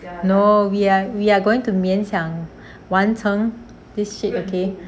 no we are we are going to 勉强完成 this shit okay